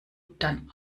dann